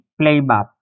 playback